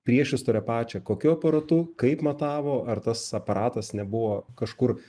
priešistorę pačią kokiu aparatu kaip matavo ar tas aparatas nebuvo kažkur